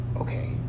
okay